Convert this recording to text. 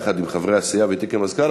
יחד עם חברי הסיעה ואתי כמזכ"ל,